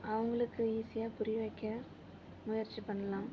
அவங்களுக்கு ஈசியாக புரியவைக்க முயற்சி பண்ணலாம்